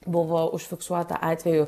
buvo užfiksuota atvejų